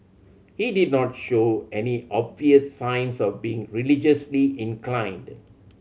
he did not show any obvious signs of being religiously inclined